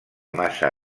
massa